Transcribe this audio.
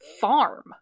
farm